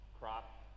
crop